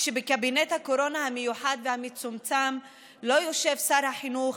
כשבקבינט הקורונה המיוחד והמצומצם לא יושב שר החינוך,